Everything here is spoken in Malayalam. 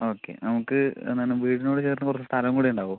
ഓക്കേ നമുക്ക് എന്താണ് വീടിനോട് ചേർന്ന് കുറച്ച് സ്ഥലം കൂടി ഉണ്ടാവുമോ